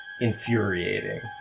infuriating